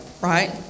right